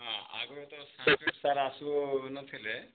ହଁ ଆଗରୁ ତ ସାଂସ୍କ୍ରିଟ ସାର୍ ଆସୁ ନଥିଲେ